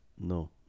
No